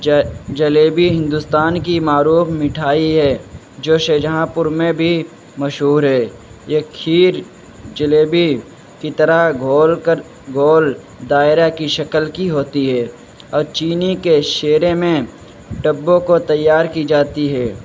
ج جلیبی ہندوستان کی معروف مٹھائی ہے جو شاہجہاں پور میں بھی مشہور ہے یہ کھیر جلیبی کی طرح گھول کر گول دائرہ کی شکل کی ہوتی ہے اور چینی کے شیرے میں ڈبو کر تیار کی جاتی ہے